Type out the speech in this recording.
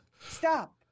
Stop